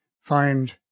find